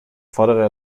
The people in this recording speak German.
fordere